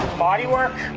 bodywork?